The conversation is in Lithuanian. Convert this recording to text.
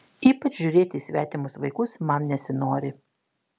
ypač žiūrėti į svetimus vaikus man nesinori